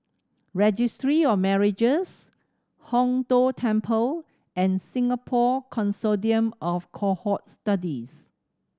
Registry of Marriages Hong Tho Temple and Singapore Consortium of Cohort Studies